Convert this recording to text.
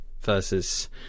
versus